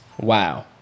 wow